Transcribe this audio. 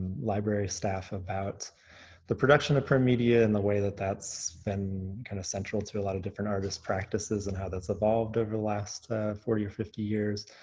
library staff about the production of print media and the way that that's been kind of central to a lot of different artists' practices and how that's evolved over the last forty or fifty years.